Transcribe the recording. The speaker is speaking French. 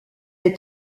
est